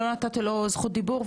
ולא נתתי לו זכות דיבור,